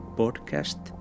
podcast